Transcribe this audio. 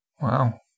Wow